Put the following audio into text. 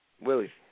Willie